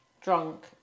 drunk